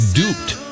duped